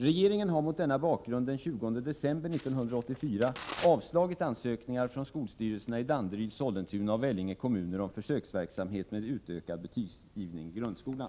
Regeringen har mot denna bakgrund den 20 december 1984 avslagit ansökningar från skolstyrelserna i Danderyd, Sollentuna och Vellinge kommuner om försöksverksamhet med utökad betygsgivning i grundskolan.